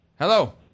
Hello